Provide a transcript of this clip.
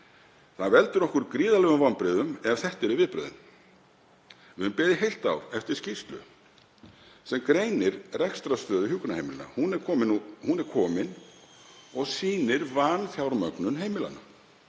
„Það veldur okkur gríðarlegum vonbrigðum ef þetta eru viðbrögðin. Við höfum beðið í heilt ár eftir skýrslu sem greinir rekstrarstöðu hjúkrunarheimilanna. Hún er komin og sýnir vanfjármögnun heimilanna.